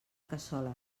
cassola